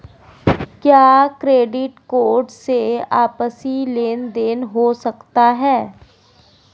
क्या credit card से आपसी लेनदेन हो सकता है?